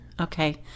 Okay